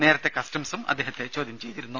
നേരത്തെ കസ്റ്റംസും അദ്ദേഹത്തെ ചോദ്യം ചെയ്തിരുന്നു